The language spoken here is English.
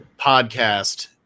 podcast